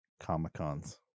Comic-Cons